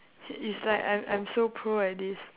it's like I'm I'm so pro at this